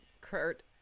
Kurt